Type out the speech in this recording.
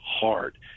hard